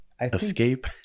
escape